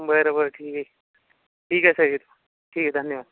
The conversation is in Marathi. बर बर ठीकय ठीकय सर येतो ठीकय धन्यवाद